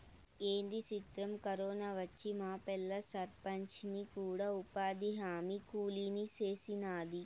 ఏంది సిత్రం, కరోనా వచ్చి మాపల్లె సర్పంచిని కూడా ఉపాధిహామీ కూలీని సేసినాది